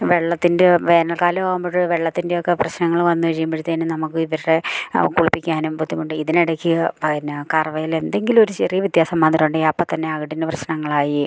വെള്ളത്തിൻ്റെ വേനൽക്കാലമാകുമ്പോൾ വെള്ളത്തിൻ്റെയൊക്കെ പ്രശ്നങ്ങൾ വന്നു കഴിയുമ്പോഴത്തേനും നമുക്ക് പക്ഷെ കുളിപ്പിക്കാനും ബുദ്ധിമുട്ട് ഇതിനിടയ്ക്ക് എന്നാ കറവയിൽ എന്തെങ്കിലൊരു ചെറിയ വ്യത്യാസം വന്നിട്ടുണ്ടേ അപ്പം തന്നെ അകിടിൻ്റെ പ്രശ്നങ്ങളായി